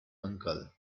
uncle